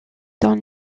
dans